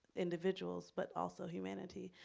individuals, but also humanity?